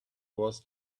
was